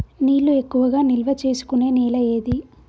నీళ్లు ఎక్కువగా నిల్వ చేసుకునే నేల ఏది?